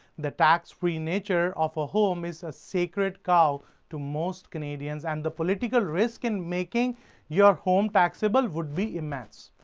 the tax-free nature of a home is a sacred cow to most canadians, and the political risk in making your home taxable would be immense.